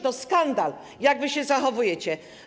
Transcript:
To skandal, jak wy się zachowujecie.